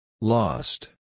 Lost